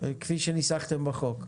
כפי שניסחתם בחוק.